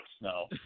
No